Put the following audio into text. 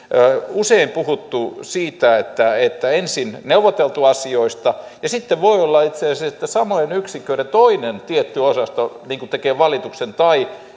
usein puhuttu siitä että että ensin on neuvoteltu asioista ja sitten voi olla että itse asiassa samojen yksiköiden toinen tietty osasto tekee valituksen tai